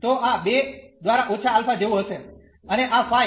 તો આ 2 દ્વારા ઓછા આલ્ફા જેવું હશે અને આ ફાઇ